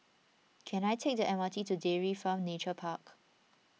can I take the M R T to Dairy Farm Nature Park